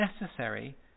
necessary